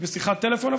היא בשיחת טלפון,